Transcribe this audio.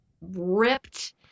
ripped